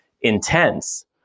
intense